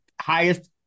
highest